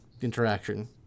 interaction